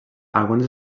alguns